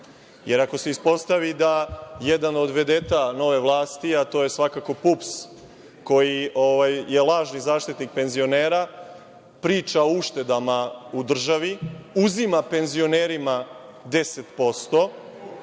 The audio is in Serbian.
jer ako se ispostavi da jedan od vedeta nove vlasti, a to je svakako PUPS, koji je lažni zaštitnik penzionera, priča o uštedama u državi, uzima penzionerima 10%,